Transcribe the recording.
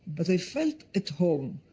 but they felt at home.